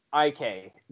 IK